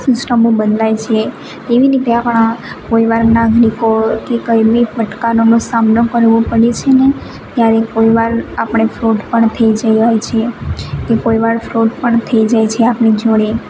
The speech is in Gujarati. સિસ્ટમો બદલાય છે તેવી રીતે આપણા કોઈ વાર નાગરિકો કે કંઇ બી પડકારોનો સામનો કરવો પડે છે ને ત્યારે કોઈ વાર આપણે ફ્રોડ પણ થઇ ગયાં હોય છે કે કોઈ વાર ફ્રોડ પણ થઇ જાય છે આપણી જોડે